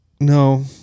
No